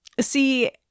see